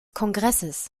kongresses